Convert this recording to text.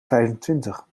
vijfentwintig